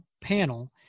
panel